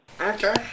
Okay